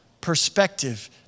perspective